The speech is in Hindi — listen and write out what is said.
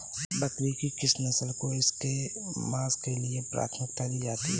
बकरी की किस नस्ल को इसके मांस के लिए प्राथमिकता दी जाती है?